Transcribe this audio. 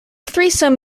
threesome